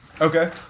Okay